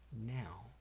now